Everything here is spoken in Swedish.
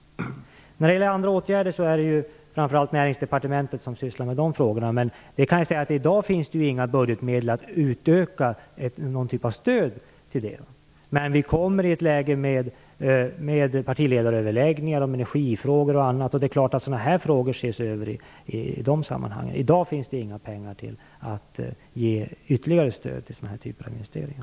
Det är framför allt Näringsdepartementet som sysslar med frågorna om andra åtgärder, men jag kan säga att det i dag inte finns några budgetmedel för att utöka någon typ av stöd. Men vi kommer i ett läge med partiledaröverläggningar om energifrågor och annat, och det är klart att sådan här frågor ses över i de sammanhangen. I dag finns det inga pengar för ytterligare stöd till sådana typer av investeringar.